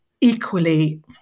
Equally